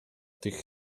tych